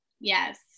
Yes